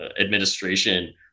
administration